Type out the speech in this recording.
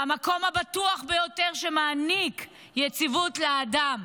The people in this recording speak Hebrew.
מהמקום הבטוח ביותר שמעניק יציבות לאדם.